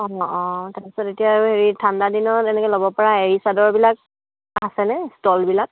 অঁ অঁ তাৰ পিছত এতিয়া আৰু হেৰি ঠাণ্ডা দিনত এনেকৈ ল'ব পৰা এৰী চাদৰবিলাক আছেনে ষ্টলবিলাক